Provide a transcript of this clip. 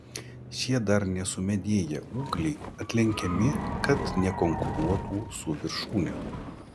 šie dar nesumedėję ūgliai atlenkiami kad nekonkuruotų su viršūne